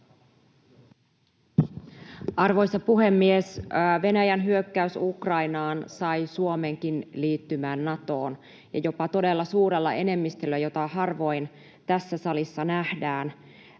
Arvoisa puhemies! Venäjän hyökkäys Ukrainaan sai Suomenkin liittymään Natoon ja jopa todella suurella enemmistöllä, jota harvoin tässä salissa nähdään.